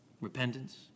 repentance